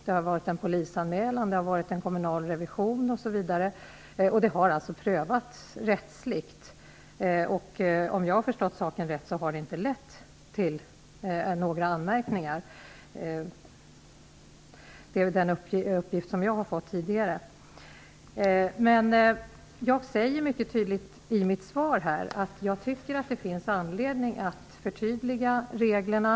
Det har skett en polisanmälan, en kommunal revision osv. Fallet har alltså prövats rättsligt. Om jag har förstått saken rätt, har denna prövning inte lett till några anmärkningar. Det är den uppgift som jag tidigare har fått. Jag säger mycket tydligt i mitt svar att jag tycker att det finns anledning att förtydliga reglerna.